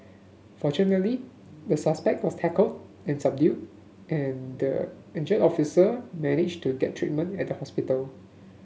fortunately the suspect was tackled and subdued and the injured officer managed to get treatment at the hospital